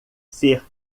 ser